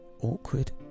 awkward